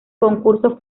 concurso